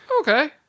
okay